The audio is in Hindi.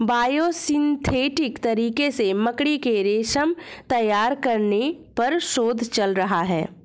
बायोसिंथेटिक तरीके से मकड़ी के रेशम तैयार करने पर शोध चल रहा है